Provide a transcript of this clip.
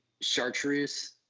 chartreuse